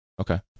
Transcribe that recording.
Okay